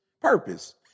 purpose